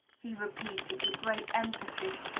he repeated with great emphasis,